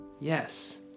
Yes